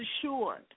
assured